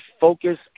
focus